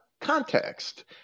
context